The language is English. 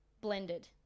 Blended